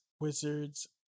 Wizards